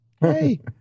Hey